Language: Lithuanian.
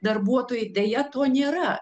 darbuotojai deja to nėra